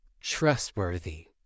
trustworthy